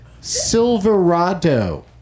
Silverado